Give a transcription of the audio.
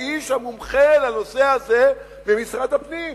האיש המומחה לנושא הזה במשרד הפנים.